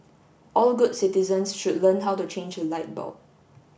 all good citizens should learn how to change a light bulb